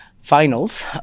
finals